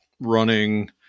running